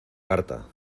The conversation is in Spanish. carta